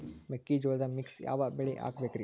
ಮೆಕ್ಕಿಜೋಳದಾಗಾ ಮಿಕ್ಸ್ ಯಾವ ಬೆಳಿ ಹಾಕಬೇಕ್ರಿ?